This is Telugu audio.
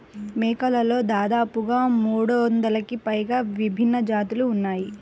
మేకలలో దాదాపుగా మూడొందలకి పైగా విభిన్న జాతులు ఉన్నాయి